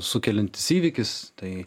sukeliantis įvykis tai